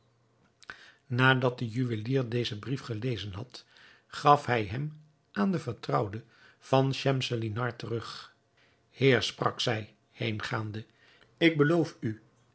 nadat de juwelier dezen brief gelezen had gaf hij hem aan de vertrouwde van schemselnihar terug heer sprak zij heengaande ik beloof u